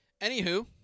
Anywho